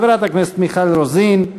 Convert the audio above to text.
חברת הכנסת מיכל רוזין,